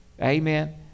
amen